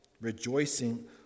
rejoicing